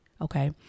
Okay